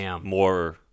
more